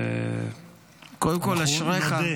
קודם כול, אשריך.